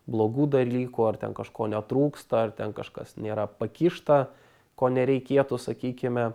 blogų dalykų ar ten kažko netrūksta ar ten kažkas nėra pakišta ko nereikėtų sakykime